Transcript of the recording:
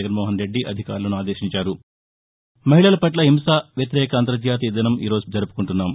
జగన్మోహన్రెద్ది అధికారులను ఆదేశించారు మహిళల వట్ల హింసావ్యతిరేక అంతర్జాతీయ దినం ఈరోజు జరుపుకుంటున్నాం